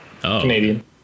canadian